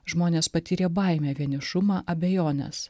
žmonės patyrė baimę vienišumą abejones